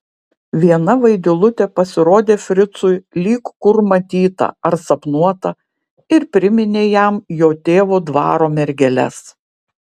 viena vaidilutė pasirodė fricui lyg kur matyta ar sapnuota ir priminė jam jo tėvo dvaro mergeles